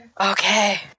Okay